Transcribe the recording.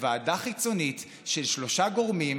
בוועדה חיצונית של שלושה גורמים,